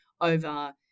over